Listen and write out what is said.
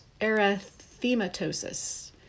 erythematosis